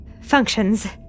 functions